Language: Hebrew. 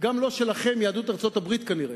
גם לא שלכם, יהדות ארצות-הברית, כנראה,